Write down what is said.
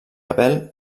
abel